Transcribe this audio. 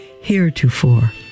Heretofore